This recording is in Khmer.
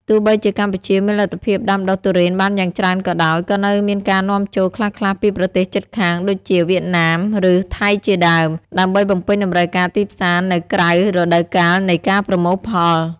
ទោះបីជាកម្ពុជាមានលទ្ធភាពដាំដុះទុរេនបានយ៉ាងច្រើនក៏ដោយ ក៏នៅមានការនាំចូលខ្លះៗពីប្រទេសជិតខាងដូចជាវៀតណាមឬថៃជាដើម ដើម្បីបំពេញតម្រូវការទីផ្សារនៅក្រៅរដូវកាលនៃការប្រមូលផល។